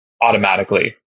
automatically